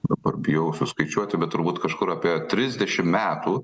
dabar bijau suskaičiuoti bet turbūt kažkur apie trisdešim metų